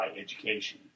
education